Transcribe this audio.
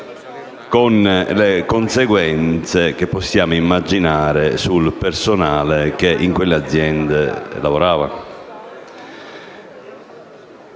con le conseguenze che possiamo immaginare sul personale che in quelle aziende lavorava.